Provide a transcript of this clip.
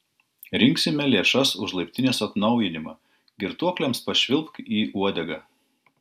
rinksime lėšas už laiptinės atnaujinimą girtuokliams pašvilpk į uodegą